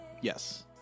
Yes